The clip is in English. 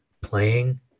playing